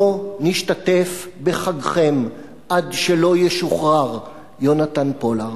לא נשתתף בחגכם עד שלא ישוחרר יונתן פולארד.